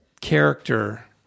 character